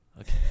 okay